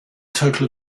total